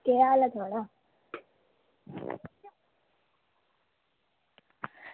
केह् हाल ऐ थुआढ़ा